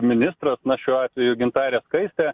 ministras na šiuo atveju gintarė skaistė